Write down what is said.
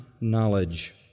knowledge